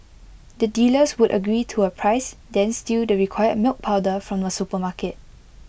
the dealers would agree to A price then steal the required milk powder from A supermarket